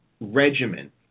regimen